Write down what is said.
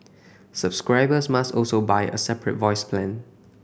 subscribers must also buy a separate voice plan